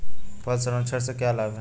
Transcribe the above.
फल संरक्षण से क्या लाभ है?